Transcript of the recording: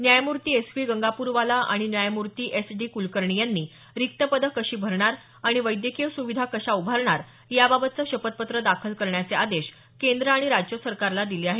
न्यायमूर्ती S V Gangapurwala आणि न्यायमूर्ती एस डी कुलकर्णी यांनी रिक्त पदं कशी भरणार आणि वैद्यकीय सुविधा कशा उभारणार याबाबत शपथपत्र दाखल करण्याचे आदेश केंद्र आणि राज्य सरकारला दिले आहेत